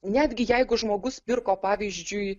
netgi jeigu žmogus pirko pavyzdžiui